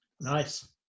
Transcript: Nice